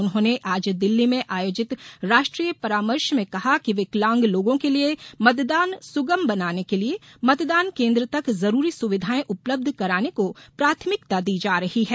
उन्होंने आज दिल्ली में आयोजित राष्ट्रीय परामर्श में कहा कि विकलांग लोगों के लिये मतदान सुगम बनाने मतदान केन्द्र तक जरूरी सुविधायें उपलब्ध कराने को प्राथमिकता दी जा रही है